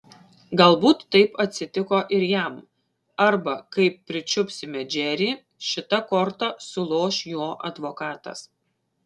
galbūt taip atsitiko ir jam arba kai pričiupsime džerį šita korta suloš jo advokatas